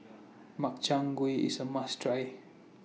Makchang Gui IS A must Try